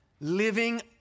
living